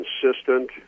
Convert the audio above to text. consistent